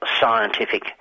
scientific